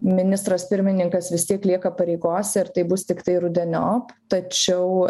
ministras pirmininkas vis tiek lieka pareigose ir tai bus tiktai rudeniop tačiau